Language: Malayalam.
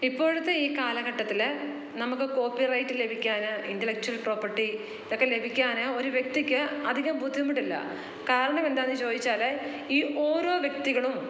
ഇപ്പോഴത്തെ ഈ കാലഘട്ടത്തിൽ നമുക്ക് കോപ്പിറൈറ്റ് ലഭിക്കാൻ ഇൻ്റെലെക്ച്വൽ പ്രോപ്പർട്ടി ഇതൊക്കെ ലഭിക്കാൻ ഒരു വ്യക്തിക്ക് അധികം ബുദ്ധിമുട്ടില്ല കാരണമെന്താണെന്ന് ചോദിച്ചാൽ ഈ ഓരോ വ്യക്തികളും